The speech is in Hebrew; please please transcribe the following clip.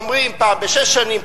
אומרים פעם בשש שנים,